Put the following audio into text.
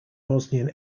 bosnian